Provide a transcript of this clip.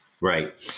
Right